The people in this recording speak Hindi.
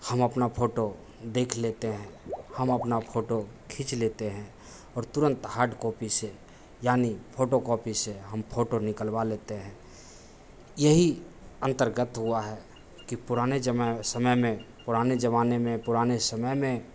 हम अपना फ़ोटो देख लेते हैं हम अपना फ़ोटो खींच लेते हैं और तुरंत हार्डकॉपी से यानी फ़ोटोकॉपी से हम फ़ोटो निकलवा लेते हैं यही अंतर्गत हुआ है कि पुराने समय में पुराने ज़माने में पुराने समय में